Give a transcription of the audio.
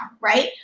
right